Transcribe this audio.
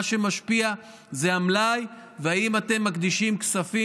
מה שמשפיע זה המלאי והשאלה אם אתם מקצים כספים